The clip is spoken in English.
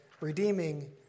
redeeming